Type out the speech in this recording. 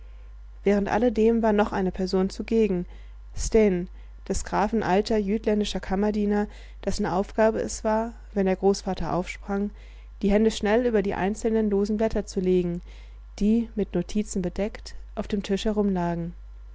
während alledem war noch eine person zugegen sten des grafen alter jütländischer kammerdiener dessen aufgabe es war wenn der großvater aufsprang die hände schnell über die einzelnen losen blätter zu legen die mit notizen bedeckt auf dem tische